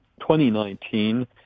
2019